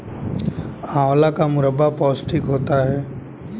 आंवला का मुरब्बा पौष्टिक होता है